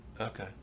Okay